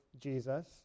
Jesus